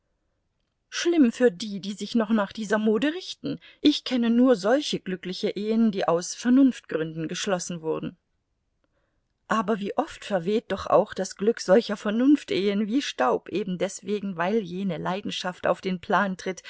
schlimm für die die sich noch nach dieser mode richten ich kenne nur solche glückliche ehen die aus vernunftgründen geschlossen wurden aber wie oft verweht doch auch das glück solcher vernunftehen wie staub eben deswegen weil jene leidenschaft auf den plan tritt